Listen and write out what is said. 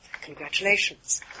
congratulations